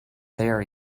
there